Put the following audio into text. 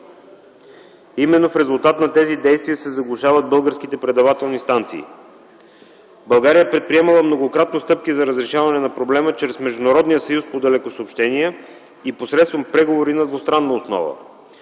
Именно в резултат на тези действия се заглушават българските предавателни станции. България е предприемала многократно стъпки за разрешаване на проблема чрез Международния съюз по далекосъобщения и посредством преговори на двустранна основа